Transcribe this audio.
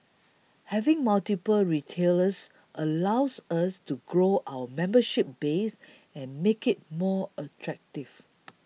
having multiple retailers allows us to grow our membership base and make it more attractive